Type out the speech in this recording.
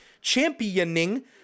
championing